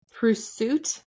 Pursuit